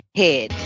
head